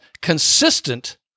consistent